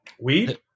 Weed